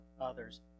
others